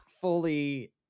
fully